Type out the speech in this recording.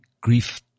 grief